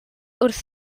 wrth